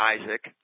Isaac